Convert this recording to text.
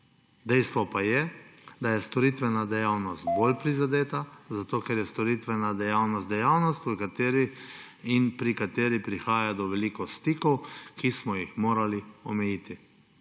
Dejstvo pa je, da je storitvena dejavnost bolj prizadeta, zato ker je storitvena dejavnost dejavnost, pri kateri prihaja do veliko stikov, ki smo jih morali omejiti.